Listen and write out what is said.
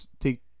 take